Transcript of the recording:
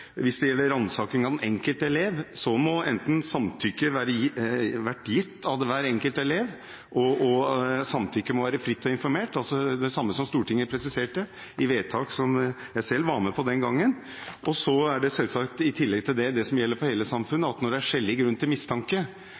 hvis det gjelder ransaking av den enkelte elev, må enten samtykke vært gitt av hver enkelt elev, og samtykket må være fritt og informert, altså det samme som Stortinget presiserte i vedtak som jeg selv var med på den gangen. Så er det selvsagt i tillegg til det det som gjelder for hele samfunnet, at når det er skjellig grunn til mistanke